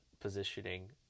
positioning